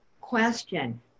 question